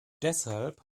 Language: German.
deshalb